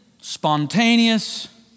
spontaneous